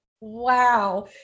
Wow